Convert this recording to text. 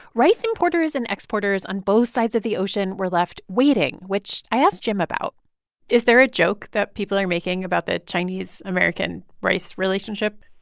rice importers and exporters on both sides of the ocean were left waiting, which i asked jim about is there a joke that people are making about the chinese-american rice rice relationship?